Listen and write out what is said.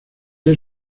del